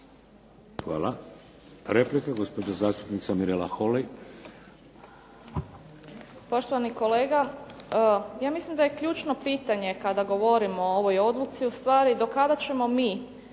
Hvala. Replika, gospođa zastupnica Mirela Holy.